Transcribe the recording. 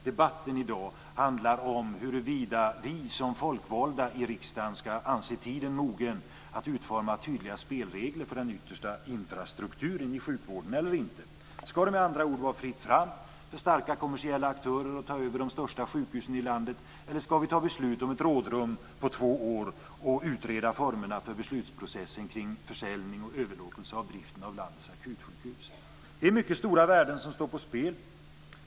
Debatten i dag handlar om huruvida vi som folkvalda i riksdagen ska anse tiden mogen att utforma tydliga spelregler för den yttersta infrastrukturen i sjukvården eller inte. Ska det, med andra ord, vara fritt fram för starka kommersiella aktörer att ta över de största sjukhusen i landet, eller ska vi fatta beslut om ett rådrum på två år och utreda formerna för beslutsprocessen kring försäljning och överlåtelse av driften av landets akutsjukhus? Det är mycket stora värden som står på spel.